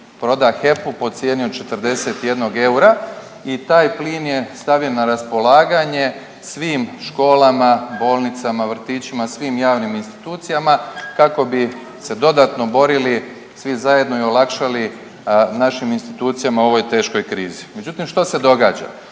proda HEP-u po cijeni od 41 eura i taj plin je stavljen na raspolaganje svim školama, bolnicama, vrtićima, svim javnim institucijama kako bi se dodatno borili svi zajedno i olakšali našim institucijama u ovoj teškoj krizi. Međutim, što se događa?